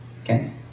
Okay